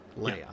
Leia